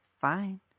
fine